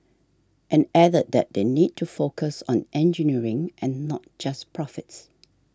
and added that they need to focus on engineering and not just profits